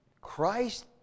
Christ